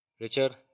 Richard